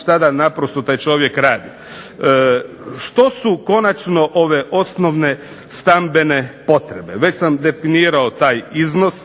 šta da naprosto taj čovjek radi. Što su konačno ove osnovne stambene potrebe. Već sam definirao taj iznos.